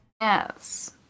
Yes